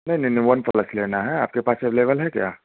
नहीं नहीं नहीं वन पलस लेना है आपके पास अबेलेबल है क्या